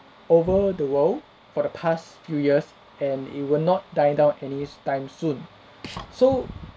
over the world for the past few years and it will not die down any s~ time soon so